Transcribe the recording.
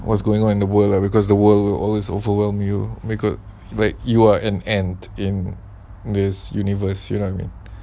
what's going on in the world lah because the world will always overwhelm you because like you are an end in this universe you know what I mean